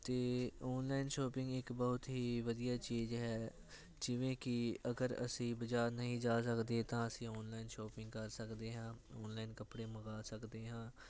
ਅਤੇ online shopping ਇੱਕ ਬਹੁਤ ਹੀ ਵਧੀਆ ਚੀਜ਼ ਹੈ ਜਿਵੇਂ ਕਿ ਅਗਰ ਅਸੀਂ ਬਾਜ਼ਾਰ ਨਹੀਂ ਜਾ ਸਕਦੇ ਤਾਂ ਅਸੀਂ ਓਨਲਾਈਨ ਸ਼ੋਪਿੰਗ ਕਰ ਸਕਦੇ ਹਾਂ ਓਨਲਾਈਨ ਕੱਪੜੇ ਮੰਗਾ ਸਕਦੇ ਹਾਂ